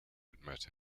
admit